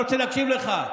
לא רוצה להקשיב לך.